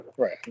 Right